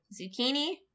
zucchini